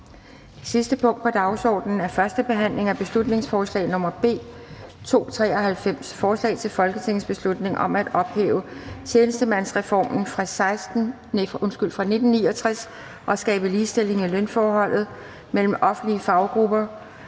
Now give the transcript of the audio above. sidste punkt på dagsordenen er: 23) 1. behandling af beslutningsforslag nr. B 293: Forslag til folketingsbeslutning om at ophæve tjenestemandsreformen fra 1969 og skabe ligestilling i lønforholdet mellem offentlige faggrupper